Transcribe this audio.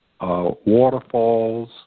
waterfalls